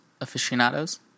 aficionados